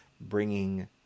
bringing